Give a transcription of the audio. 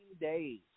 days